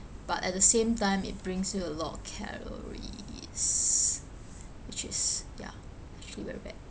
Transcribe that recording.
but at the same time it brings you a lot of calories which is ya actually very bad